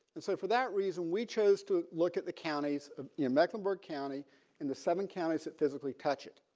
and so for that reason we chose to look at the counties um in mecklenburg county in the seven counties that physically touch it.